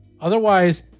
Otherwise